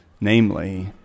namely